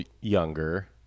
younger